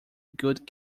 good